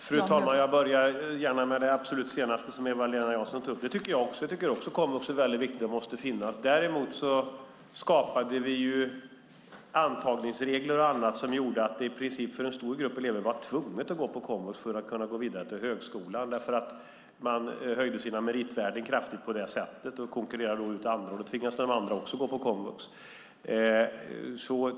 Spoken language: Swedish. Fru talman! Jag börjar gärna med det senaste som Eva-Lena Jansson tog upp. Jag tycker också att komvux är väldigt viktigt och måste finnas. Däremot skapade vi antagningsregler och annat som innebar att en stor grupp elever i princip var tvungna att gå på komvux för att kunna gå vidare till högskolan. Man höjde sina meritvärden kraftigt på det sättet och konkurrerade då ut andra, och då tvingades andra att också gå på komvux.